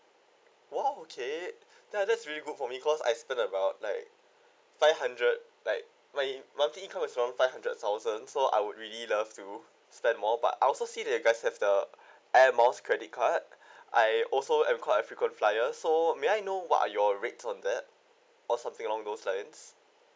!whoa! okay that's really good for me cause I spend about like five hundred like my monthly income is around five hundred thousand so I would really love to spend more but I also see that you guys have the airmiles credit card I also am quite frequent flyer so may I know what are your rates on that or something along those lines